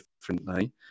differently